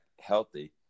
healthy